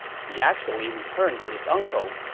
he actually returned to his uncle,